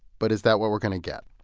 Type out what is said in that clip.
but is that what we're going to get?